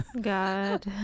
God